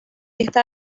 esta